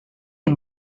est